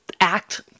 act